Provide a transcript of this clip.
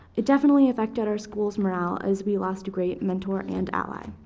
ah definitely affected our school's morale as we lost a great mentor and ally.